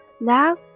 love